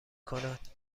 کند